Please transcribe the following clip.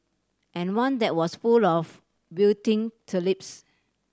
and one that was full of wilting tulips